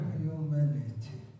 humanity